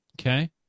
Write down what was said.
Okay